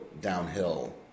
downhill